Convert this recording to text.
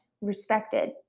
respected